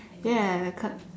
ya occur